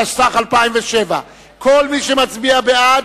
התשס"ח 2007. כל מי שמצביע בעד,